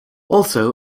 also